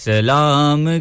Salam